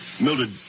Mildred